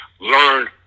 Learn